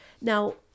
Now